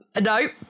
no